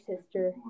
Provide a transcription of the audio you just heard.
sister